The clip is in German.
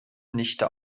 nichte